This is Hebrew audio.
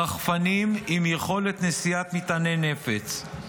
רחפנים עם יכולת נשיאת מטעני נפץ,